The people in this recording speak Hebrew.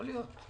יכול להיות.